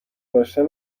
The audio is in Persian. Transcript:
داشتن